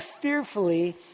fearfully